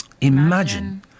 Imagine